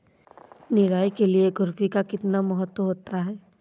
निराई के लिए खुरपी का कितना महत्व होता है?